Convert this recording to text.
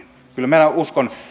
kyllä minä uskon